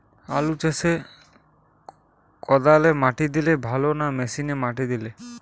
আলু চাষে কদালে মাটি দিলে ভালো না মেশিনে মাটি দিলে?